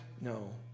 No